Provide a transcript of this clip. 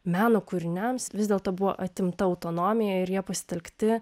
meno kūriniams vis dėlto buvo atimta autonomija ir jie pasitelkti